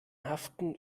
haften